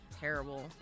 terrible